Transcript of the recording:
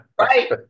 Right